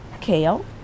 Kale